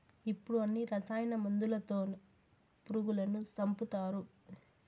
ఇప్పుడు అన్ని రసాయన మందులతో పురుగులను సంపుతారు